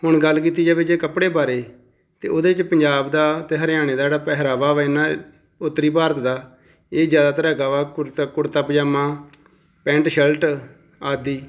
ਹੁਣ ਗੱਲ ਕੀਤੀ ਜਾਵੇ ਜੇ ਕੱਪੜੇ ਬਾਰੇ ਤਾਂ ਉਹਦੇ 'ਚ ਪੰਜਾਬ ਦਾ ਅਤੇ ਹਰਿਆਣੇ ਦਾ ਜਿਹੜਾ ਪਹਿਰਾਵਾ ਵਾ ਇੰਨਾਂ ਉੱਤਰੀ ਭਾਰਤ ਦਾ ਇਹ ਜ਼ਿਆਦਾਤਰ ਹੈਗਾ ਵਾ kurta kurta pyjama pant shirt ਆਦਿ